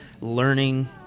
learning